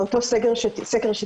באותו סקר שתיארתי,